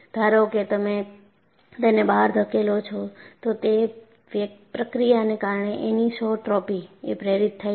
ધારો કે તમે તેને બહાર ધકેલો છો તો તે પ્રક્રિયાને કારણે એનિસોટ્રોપી એ પ્રેરિત થાય છે